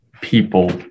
people